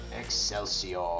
Excelsior